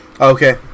Okay